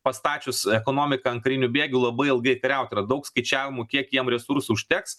pastačius ekonomiką ant karinių bėgių labai ilgai kariaut yra daug skaičiavimų kiek jiem resursų užteks